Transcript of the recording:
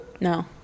No